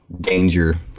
danger